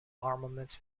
armaments